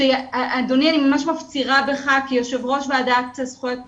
אדוני, אני ממש מפצירה בכך כיו"ר ועדת זכויות